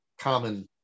common